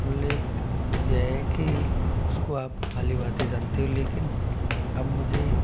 उल्लेख यह है कि उसको आप भली भाति जानते हो लेकिन अब मुझे